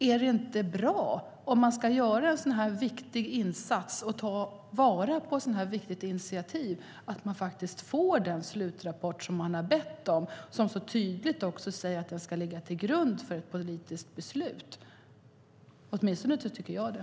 Är det inte bra, om man ska göra en så viktig insats, att ta vara på ett så viktigt initiativ och vänta på att få den slutrapport som man har bett om och som ska ligga till grund för ett politiskt beslut? Åtminstone tycker jag det.